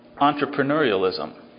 entrepreneurialism